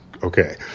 Okay